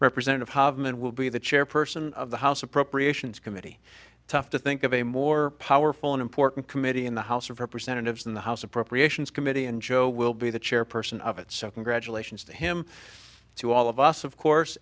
representative harman will be the chairperson of the house appropriations committee tough to think of a more powerful and important committee in the house of representatives in the house appropriations committee and joe will be the chairperson of it so congratulations to him to all of us of course